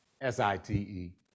S-I-T-E